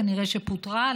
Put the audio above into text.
כנראה שפוטרה,